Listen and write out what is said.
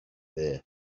there